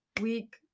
week